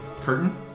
curtain